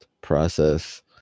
process